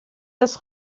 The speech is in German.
das